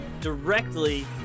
directly